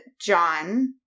John